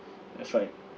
that's right